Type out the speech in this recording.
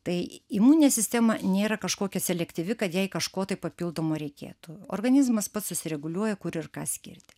tai imuninė sistema nėra kažkokia selektyvi kad jai kažko tai papildomo reikėtų organizmas pats susireguliuoja kur ir ką skirti